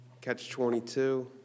Catch-22